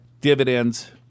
dividends